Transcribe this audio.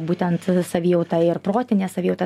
būtent savijauta ir protinė savijauta